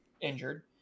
injured